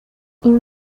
این